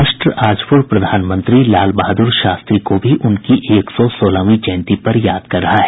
राष्ट्र आज पूर्व प्रधानमंत्री लाल बहादुर शास्त्री को भी उनकी एक सौ सोलहवीं जयंती पर याद कर रहा है